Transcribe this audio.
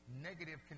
negative